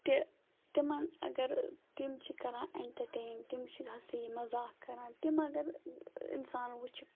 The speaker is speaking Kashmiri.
تہِ تِمَن اگر تِم چھِ کَران اٮ۪نٹَرٹین تِم چھِ ہَسی مزاق کَران تِم اگر اِنسان وٕچھِ